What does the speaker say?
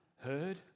heard